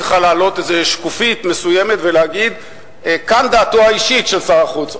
צריכה לעלות איזו שקופית מסוימת ולהגיד: "כאן דעתו האישית של שר החוץ",